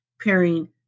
pairing